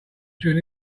during